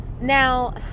Now